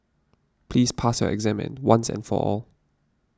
please pass your exam and once and for all